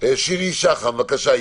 שירי שחם, בבקשה.